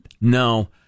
No